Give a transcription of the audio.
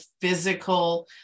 physical